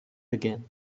again